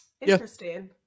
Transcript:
Interesting